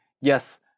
yes